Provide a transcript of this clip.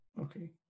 Okay